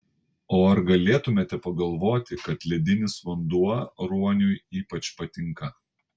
o ar galėtumėte pagalvoti kad ledinis vanduo ruoniui ypač patinka